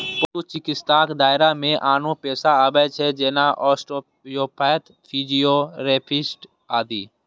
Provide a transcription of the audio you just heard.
पशु चिकित्साक दायरा मे आनो पेशा आबै छै, जेना आस्टियोपैथ, फिजियोथेरेपिस्ट आदि